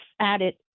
added